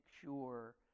sure